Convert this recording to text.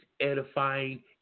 edifying